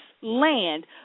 land